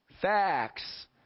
Facts